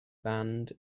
band